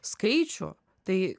skaičių tai